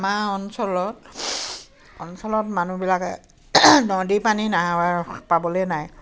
আমাৰ অঞ্চলত অঞ্চলত মানুহবিলাকে নদী পানী নাই পাবলৈ নাই